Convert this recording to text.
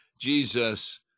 Jesus